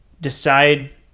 decide